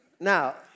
Now